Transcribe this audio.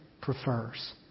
prefers